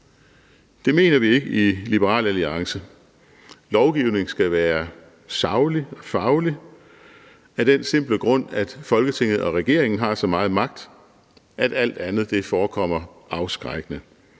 Det mener vi ikke i Liberal Alliance. Lovgivningen skal være saglig og faglig af den simple grund, at Folketinget og regeringen har så meget magt, at alt andet forekommer afskrækkende